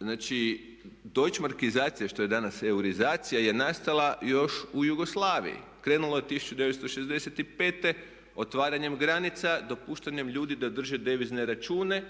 Znači, deutschemarkizacija što je danas eurizacija je nastala još u Jugoslaviji, krenulo je 1965. otvaranjem granica, dopuštanjem ljudi da drže devizne račune